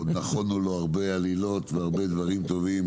נכונו לו הרבה עלילות והרבה דברים טובים